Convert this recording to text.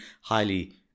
highly